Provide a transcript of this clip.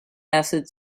acid